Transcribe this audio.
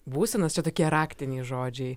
būsenas čia tokie raktiniai žodžiai